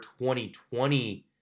2020